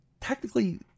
Technically